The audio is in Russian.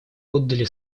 отдали